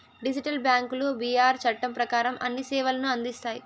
digital బ్యాంకులు BR చట్టం ప్రకారం అన్ని సేవలను అందిస్తాయి